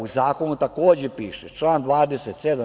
U zakonu takođe piše, član 27.